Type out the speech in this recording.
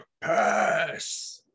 pass